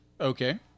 Okay